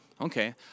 Okay